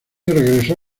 regresó